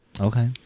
Okay